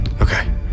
Okay